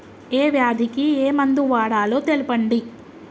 ఏ వ్యాధి కి ఏ మందు వాడాలో తెల్పండి?